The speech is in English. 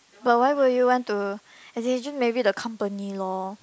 but why would you want to as in it's just maybe the company loh